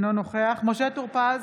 אינו נוכח משה טור פז,